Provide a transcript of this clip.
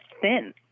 thin